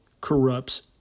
corrupts